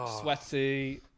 sweaty